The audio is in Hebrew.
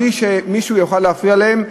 בלי שמישהו יוכל להפריע להם,